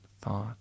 thought